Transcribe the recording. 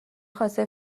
خواسته